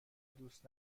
دوست